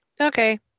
Okay